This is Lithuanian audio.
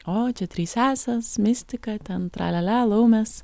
o čia trys sesės mistika ten tralialia laumės